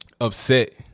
upset